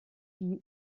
die